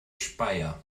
speyer